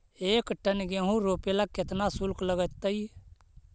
एक टन गेहूं रोपेला केतना शुल्क लगतई?